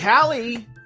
Callie